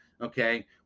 okay